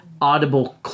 audible